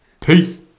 Peace